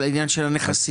על עניין הנכסים.